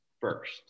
first